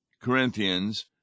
Corinthians